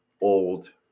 old